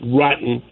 rotten